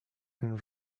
and